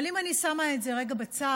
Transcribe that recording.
אבל אם אני שמה את זה רגע בצד,